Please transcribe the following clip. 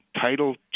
Title